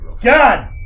God